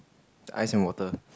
ice and water